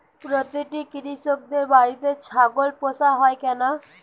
প্রতিটি কৃষকদের বাড়িতে ছাগল পোষা হয় কেন?